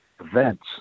events